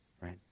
Right